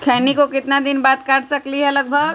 खैनी को कितना दिन बाद काट सकलिये है लगभग?